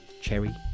Cherry